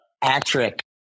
Patrick